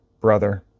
brother